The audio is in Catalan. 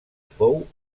fou